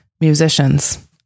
musicians